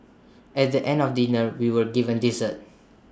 at the end of dinner we were given dessert